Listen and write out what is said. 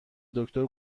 دکتر